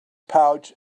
pouch